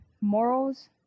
morals